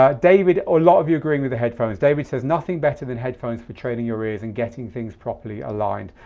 ah david, a lot of you agreeing with the headphones. david says nothing better than headphones for training your ears and getting things properly aligned.